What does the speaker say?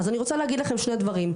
אז אני רוצה להגיד לכם שני דברים.